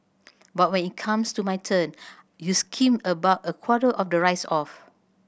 but when it comes to my turn you skim about a quarter of the rice off